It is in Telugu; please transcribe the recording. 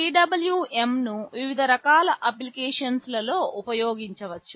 PWMను వివిధ రకాల అప్లికేషన్స్ లలో ఉపయోగించవచ్చు